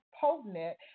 potent